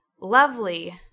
Lovely